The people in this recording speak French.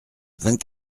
vingt